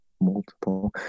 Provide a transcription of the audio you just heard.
multiple